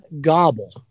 gobble